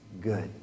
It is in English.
good